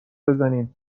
بزنین